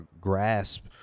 grasp